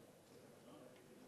בילסקי.